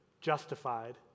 justified